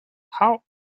how